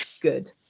good